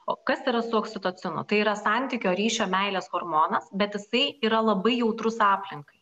o kas yra su oksitocinu tai yra santykio ryšio meilės hormonas bet jisai yra labai jautrus aplinkai